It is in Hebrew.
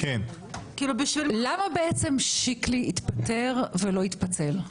למה שיקלי התפטר ולא התפצל?